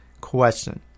question